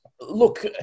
look